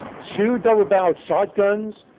two double-barreled shot-guns,